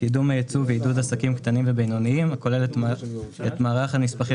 קידום הייצוא ועידוד עסקים קטנים ובינוניים הכולל את מערך הנספחים